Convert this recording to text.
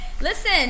Listen